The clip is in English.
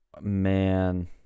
man